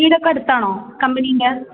വീടൊക്കെ അടുത്താണോ കമ്പനീൻ്റെ